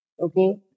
okay